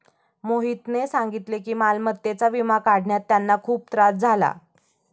मोहितने सांगितले की मालमत्तेचा विमा काढण्यात त्यांना खूप त्रास झाला